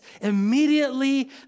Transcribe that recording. immediately